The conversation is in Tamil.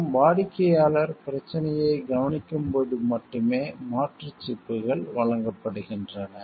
மற்றும் வாடிக்கையாளர் பிரச்சனையை கவனிக்கும் போது மட்டுமே மாற்று சிப்புகள் வழங்கப்படுகின்றன